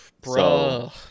Bro